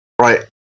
right